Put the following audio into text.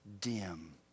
dim